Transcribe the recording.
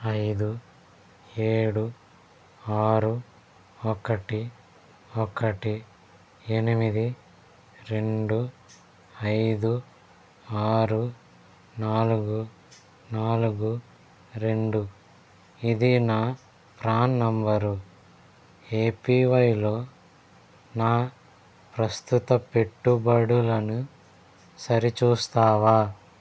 ఐదు ఏడు ఆరు ఒకటి ఒకటి ఎనిమిది రెండు ఐదు ఆరు నాలుగు నాలుగు రెండు ఇది నా ప్రాన్ నంబరు ఏపీవైలో నా ప్రస్తుత పెట్టుబడులను సరిచూస్తావా